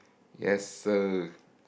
yes sir